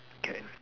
okay